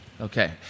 okay